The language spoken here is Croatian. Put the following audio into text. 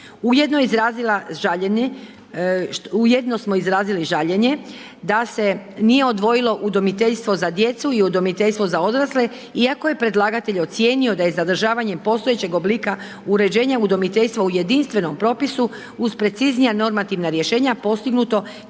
ujedno smo izrazili žaljenje da se nije odvojilo udomiteljstvo za djecu i udomiteljstvo za odrasle iako je predlagatelj ocijenio da je za održavanjem postojećeg oblika uređenja udomiteljstva u jedinstvenom propisu uz preciznija normativna rješenja postignuto